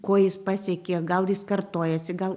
ko jis pasiekė gal jis kartojasi gal